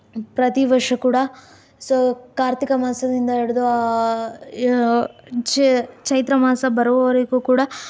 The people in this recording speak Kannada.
ಪ್ರತಿ ವರ್ಷ ಕೂಡ ಸೊ ಕಾರ್ತಿಕ ಮಾಸದಿಂದ ಹಿಡಿದು ಚೈತ್ರ ಮಾಸ ಬರೋವರೆಗೂ ಕೂಡ